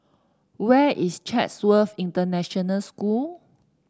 where is Chatsworth International School